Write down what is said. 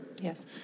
Yes